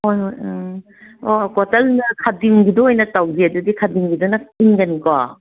ꯍꯣꯏ ꯍꯣꯏ ꯑ ꯑꯣ ꯀꯣꯇꯟꯗ ꯈꯥꯗꯤꯝꯒꯤꯗꯣ ꯑꯣꯏꯅ ꯇꯧꯁꯤ ꯑꯗꯨꯗꯤ ꯈꯥꯗꯤꯝꯒꯤꯗꯨꯅ ꯏꯪꯒꯅꯤꯀꯣ